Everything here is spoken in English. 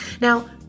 Now